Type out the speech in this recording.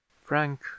frank